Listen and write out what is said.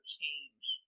change